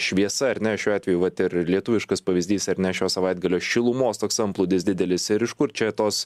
šviesa ar ne šiuo atveju vat ir lietuviškas pavyzdys ar ne šio savaitgalio šilumos toks antplūdis didelis ir iš kur čia tos